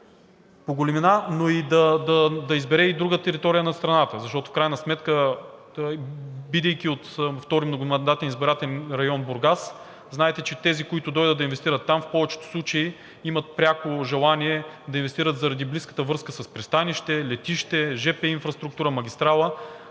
по големина, но и да избере и друга територия на страната. Защото в крайна сметка той, бъдейки от Втори многомандатен избирателен район – Бургас, знаете, че тези, които дойдат да инвестират там, в повечето случаи имат пряко желание да инвестират заради близката връзка с пристанище, летище, жп инфраструктура, магистрала.